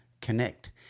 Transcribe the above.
connect